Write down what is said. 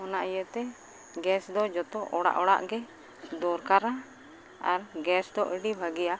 ᱚᱱᱟ ᱤᱭᱟᱹᱛᱮ ᱜᱮᱥᱫᱚ ᱡᱚᱛᱚ ᱚᱲᱟᱜ ᱚᱲᱟᱜ ᱜᱮ ᱫᱚᱨᱠᱟᱨᱟ ᱟᱨ ᱜᱮᱥᱫᱚ ᱟᱹᱰᱤ ᱵᱷᱟᱹᱜᱤᱭᱟ